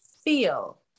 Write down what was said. feel